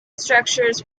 structures